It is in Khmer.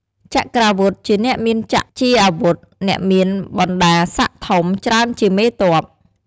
ចក្រាវុធ ជាអ្នកមានចក្រជាអាវុធ អ្នកមានបណ្តាស័ក្តិធំ ច្រើនជាមេទ័ព ។